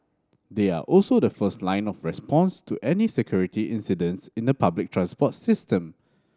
they are also the first line of response to any security incidents in the public transport system